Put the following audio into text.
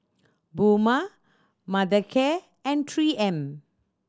Puma Mothercare and Three M